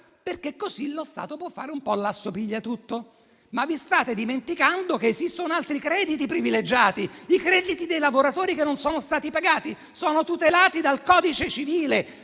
perché così lo Stato può fare l'asso pigliatutto, ma vi state dimenticando che esistono altri crediti privilegiati: quelli dei lavoratori che non sono stati pagati. Sono tutelati dal codice civile,